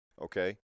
okay